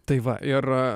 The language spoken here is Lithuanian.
tai va ir